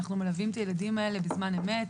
אנו מלווים את הילדים האלה בזמן אמת,